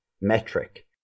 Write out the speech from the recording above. metric